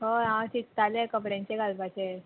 हय हांव चिंत्तालें कपड्यांचें घालपाचें